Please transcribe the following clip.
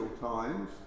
times